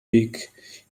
peak